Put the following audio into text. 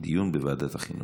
דיון בוועדת החינוך.